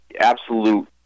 absolute